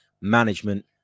management